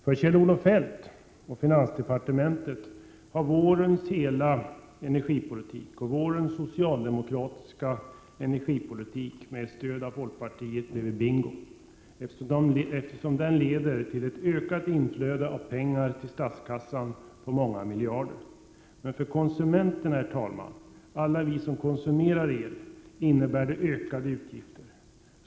För Kjell-Olof Feldt och finansdepartementet har vårens socialdemokratiska energipolitik med stöd av folkpartiet blivit bingo, eftersom den leder till ett ökat inflöde av pengar till statskassan om många miljarder. Men för konsumenterna — för alla oss som konsumerar el — innebär det ökade utgifter.